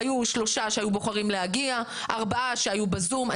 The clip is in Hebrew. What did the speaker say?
היו שלושה שהיו בוחרים להגיע וארבעה היו ב-זום.